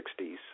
1960s